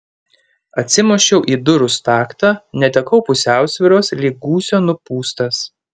atsimušiau į durų staktą netekau pusiausvyros lyg gūsio nupūstas